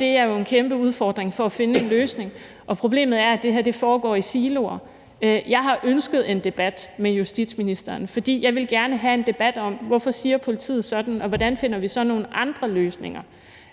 Det er jo en kæmpe udfordring at finde en løsning, og problemet er, at det her foregår i siloer. Jeg har ønsket en debat med justitsministeren, fordi jeg gerne ville have en debat om, hvorfor politiet siger sådan, og hvordan vi så finder nogle andre løsninger,